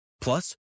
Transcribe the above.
Plus